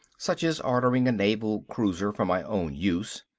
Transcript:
such as ordering a naval cruiser for my own use,